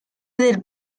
del